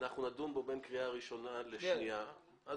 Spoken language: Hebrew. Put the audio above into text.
נדון בין קריאה ראשונה לקריאה שנייה,